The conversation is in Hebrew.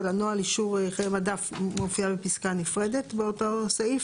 נוהל אישור חיי מדף מופיע בפסקה נפרדת באותו סעיף.